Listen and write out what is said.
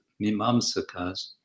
mimamsakas